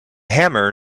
hammer